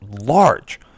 large